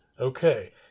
Okay